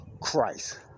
Christ